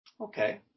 Okay